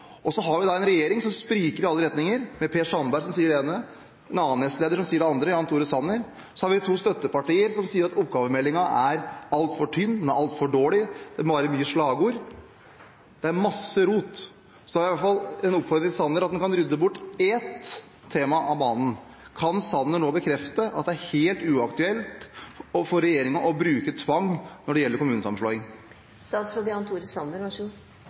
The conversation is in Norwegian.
Så har vi en regjering som spriker i alle retninger, med Per Sandberg som sier det ene, og en annen nestleder – Jan Tore Sanner – som sier det andre. Og så har vi to støttepartier som sier at oppgavemeldingen er altfor tynn, den er altfor dårlig, det må være mye slagord. Det er masse rot. Jeg har iallfall en oppfordring til Sanner om å rydde ett tema av banen: Kan Sanner nå bekrefte at det er helt uaktuelt for regjeringen å bruke tvang når det gjelder